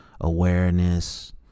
awareness